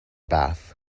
bath